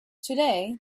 today